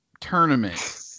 tournament